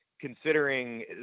considering